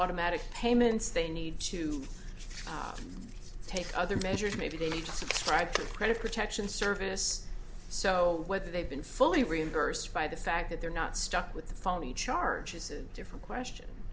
automatic payments they need to take other measures maybe they need to try to kind of protection service so what they've been fully reimbursed by the fact that they're not stuck with the phony charge is a different question